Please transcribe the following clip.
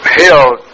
held